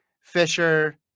Fisher